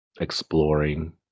exploring